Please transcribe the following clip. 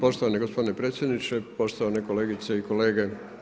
Poštovani gospodine predsjedniče, poštovane kolegice i kolege.